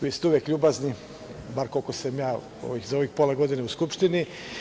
Vi ste uvek ljubazni, bar koliko sam ja pola godine u Skupštini.